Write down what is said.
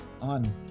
on